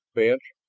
bench,